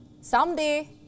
Someday